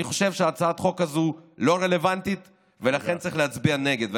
אני חושב שהצעת החוק הזו לא רלוונטית ולכן צריך להצביע נגד.